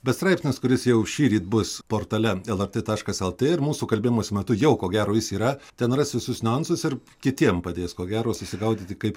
bet straipsnis kuris jau šįryt bus portale lrt taškas lt ir mūsų kalbėjimosi metu jau ko gero jis yra ten ras visus niuansus ir kitiem padės ko gero susigaudyti kaip